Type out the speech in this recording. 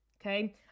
Okay